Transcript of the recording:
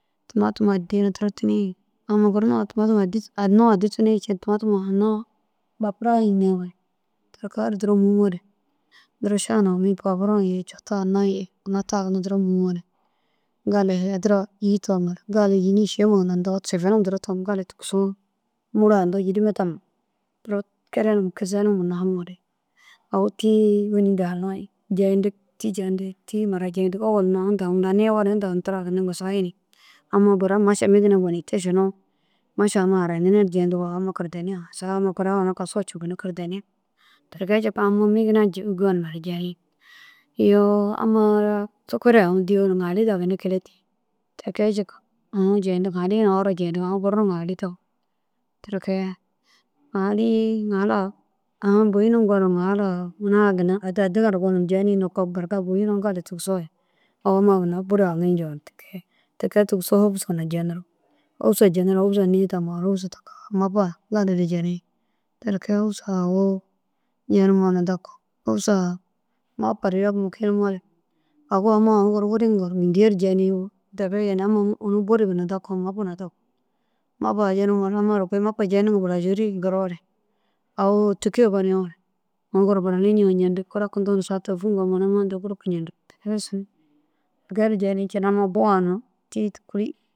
Tumatuma addi na duro tuniigi. Amma guru na tumatuma anuu addi duro tunii ciiru tumatuma hinnoo bapura. Toko ru duro mûmoore duro paburo ye coto ana ye ina ta ginna duro mûmore gali adira îyi tomore gali yîni šima ginna ntoo sefenim gonum duro tom gali tigisoo mulu ai ntoo yîrime tam duro kelenim kizenim nahaɲore. Au tîi wîni daha jeyintig tîi mura jeyintig.ôwol ganci ôwol ŋa inta ini tira ginna wasa yini. Amma gura maša migi na muni te šinnoo maša ammai harayintine ru jeyinto amma kirdeni a saga amma kuira ina kasuga copuni kirdeni. Ti ke jikalu amma migina gonumere jeni. Iyoo amma ara sukura au dîyo ŋahili dagini kile dîi. Tike jika ŋahili na aú ra jeyintig aú gur na ŋahili dak ti ke. Ŋahili ŋahila au boyinig gor ŋahila hunaã ginna addi addi ŋa ru gonum jeni loko ber boyino gali tigisoo au amma ginna ru bur haŋi ncoo. Tike e tigisoo humusa na jenirig. Humusa jeniroo humusa taka nii tamoo amma ba galiru jeni tikee humusa au jenimoo humusa mapa ru yobum kirimore au amma ini gor wuruŋa gor mîntiya ru jeniyoo ina ini bur ginna daku mapa na daku mapa yenigoo kôi jeyintiŋa bulajeri nkiroo re au tike gonumoo re korokinto saga telefon yenimoo re guruku ncentig tike ru jeenii ciiru amma ba tîi tûkuli.